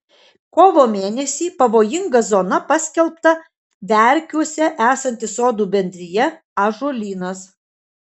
kovo mėnesį pavojinga zona paskelbta verkiuose esanti sodų bendrija ąžuolynas